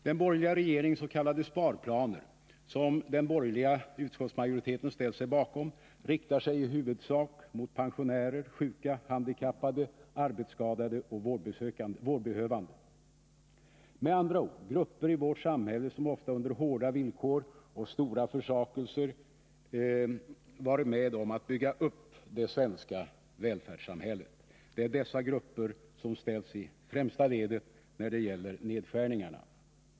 Den borgerliga regeringens s.k. besparingar, som den borgerliga utskottsmajoriteten ställt sig bakom, riktar sig i huvudsak mot pensionärer, sjuka, handikappade, arbetsskadade och vårdbehövande, med andra ord grupper i vårt samhälle som ofta under hårda villkor och stora försakelser varit med om att bygga upp det svenska välfärdssamhället. Det är dessa grupper som ställs i främsta ledet när det gäller nedskärningarna.